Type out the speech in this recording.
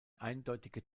eindeutige